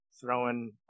throwing